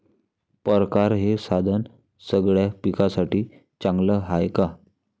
परकारं हे साधन सगळ्या पिकासाठी चांगलं हाये का?